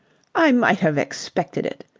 i might have expected it,